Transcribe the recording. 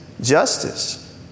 justice